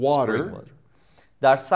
Water